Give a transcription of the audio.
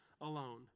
alone